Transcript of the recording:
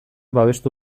babestu